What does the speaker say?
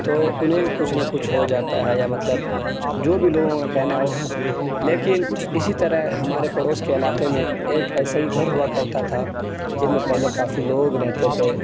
تو انہیں کچھ نہ کچھ ہو جاتا ہے یا مطلب جو بھی لوگوں کا کہنا ہو لیکن اسی طرح ہمارے پڑوس کے علاقے میں ایک ایسا ہی گھر ہوا کرتا تھا جن میں پہلے کافی لوگ رہتے تھے